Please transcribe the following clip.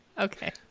Okay